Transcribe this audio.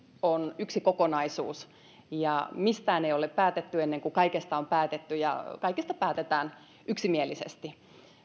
on yksi kokonaisuus ja mistään ei ole päätetty ennen kuin kaikesta on päätetty ja kaikesta päätetään yksimielisesti